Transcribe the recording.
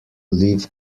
live